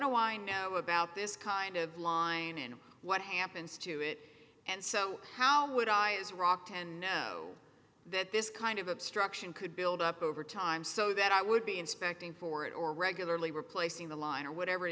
wind know about this kind of line and what happens to it and so how would i use rocked and know that this kind of obstruction could build up over time so that i would be inspecting for it or regularly replacing the line or whatever